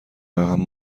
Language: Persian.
رقم